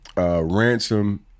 Ransom